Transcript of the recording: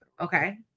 Okay